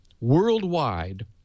worldwide